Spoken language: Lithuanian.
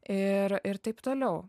ir ir taip toliau